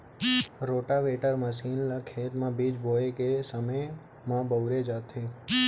rotavator machine ल खेत म बीज बोए के समे म बउरे जाथे